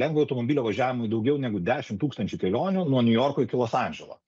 lengvojo automobilio važiavimui daugiau negu dešimt tūkstančių kelionių nuo niujorko iki los andželo